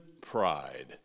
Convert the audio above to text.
pride